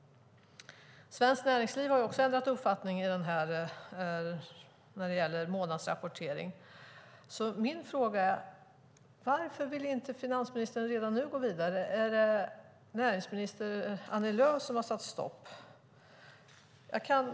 Svenskt Näringsliv har också ändrat uppfattning i frågan om månadsrapportering. Varför vill inte finansministern redan nu gå vidare? Är det näringsminister Annie Lööf som har satt stopp?